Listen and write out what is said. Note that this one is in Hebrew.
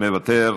מוותר,